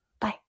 Bye